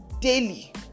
daily